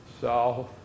south